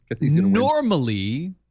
Normally